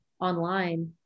online